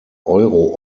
euro